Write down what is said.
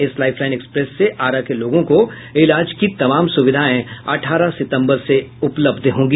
इस Lifeline Express से आरा के लोगों को इलाज की सुविधा अठारह सितम्बर से उपलब्ध होगी